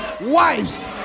wives